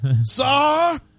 sir